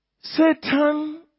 satan